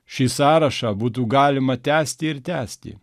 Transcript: šį sąrašą būtų galima tęsti ir tęsti